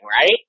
right